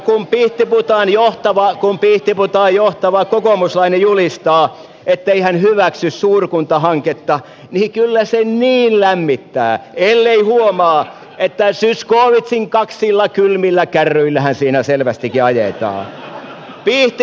kun pihtiputaan johtava kokoomuslainen julistaa ettei hän hyväksy suurkuntahanketta niin kyllä se niin lämmittää ellei huomaa että zyskowiczin kaksilla kylmillä kärryillähän siinä selvästikin ajetaan